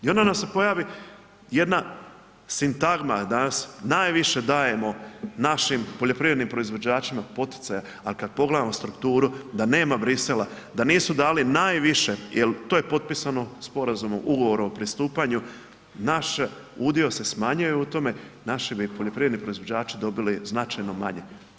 I onda nam se pojavi jedna sintagma danas, najviše dajemo našim poljoprivrednim proizvođačima poticaja, ali kad pogledamo strukturu, da nema Bruxellesa, da nisu dali najviše jer to je potpisano sporazumom, ugovorom o pristupanju, naš udio se smanjio u tome, naše bi poljoprivredni proizvođači dobili značajno manje.